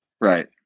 right